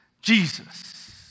Jesus